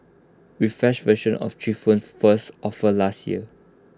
refreshed versions of three phones first offered last year